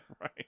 Right